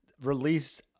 released